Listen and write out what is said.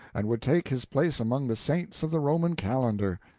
and would take his place among the saints of the roman calendar.